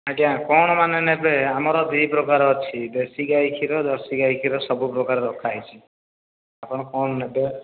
ଆଜ୍ଞା କଣ ମାନେ ନେବେ ଆମର ଦୁଇ ପ୍ରକାର ଅଛି ଦେଶୀ ଗାଈ କ୍ଷୀର ଜର୍ସି ଗାଈ କ୍ଷୀର ସବୁ ପ୍ରକାର ରଖାହେଇଛି ଆପଣ କଣ ନେବେ